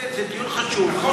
זה דיון חשוב.